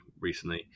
recently